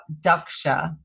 Daksha